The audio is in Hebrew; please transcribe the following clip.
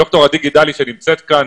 דוקטור עדי עדי גידלי שנמצאת כאן,